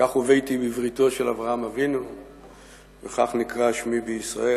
כך הובאתי בבריתו של אברהם אבינו וכך נקרא שמי בישראל,